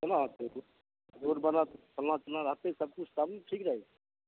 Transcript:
केना होतै रोड बनत फलना चिलना रहतै सब किछु तब ने ठीक रहै छै